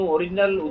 Original